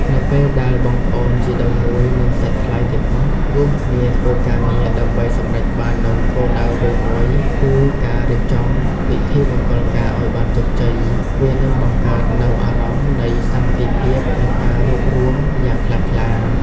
នៅពេលដែលបងប្អូនជីដូនមួយ និងសាច់ថ្លៃទាំងអស់រួមគ្នាធ្វើការងារដើម្បីសម្រេចបាននូវគោលដៅរួមមួយ គឺការរៀបចំពិធីមង្គលការឱ្យបានជោគជ័យ វានឹងបង្កើតនូវអារម្មណ៍នៃ សាមគ្គីភាព និងការរួបរួម យ៉ាងខ្លាំងក្លា។